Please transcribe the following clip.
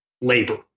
labor